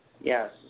Yes